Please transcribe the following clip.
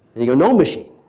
then you go, no machine.